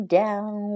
down